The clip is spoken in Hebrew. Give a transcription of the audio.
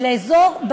אלא באזור.